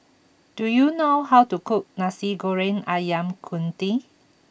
do you know how to cook Nasi Goreng Ayam Kunyit